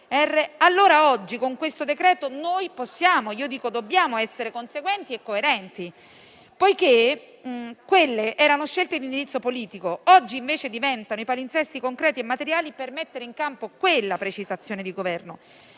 allora oggi con questo decreto noi possiamo - io dico dobbiamo - essere conseguenti e coerenti, poiché quelle erano scelte di indirizzo politico; oggi invece diventano i palinsesti concreti e materiali per mettere in campo quella precisazione di Governo.